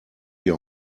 your